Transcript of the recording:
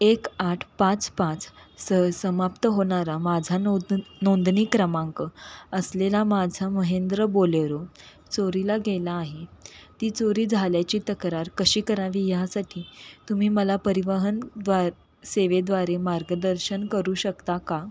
एक आठ पाच पाच स समाप्त होणारा माझा नोद नोंदणी क्रमांक असलेला माझा महेंद्र बोलेरो चोरीला गेला आहे ती चोरी झाल्याची तक्रार कशी करावी ह्यासाठी तुम्ही मला परिवहनद्वा सेवेद्वारे मार्गदर्शन करू शकता का